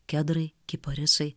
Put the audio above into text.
kedrai kiparisai